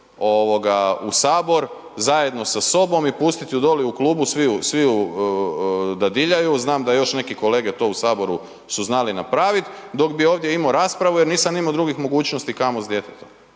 u sabor zajedno sa sobom i pustit ju dolje u klubu, svi ju dadiljaju znam da još neki kolege to u saboru su znali napraviti, dok bi imao raspravu jer nisam imao drugih mogućnosti kamo s djetetom.